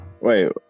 wait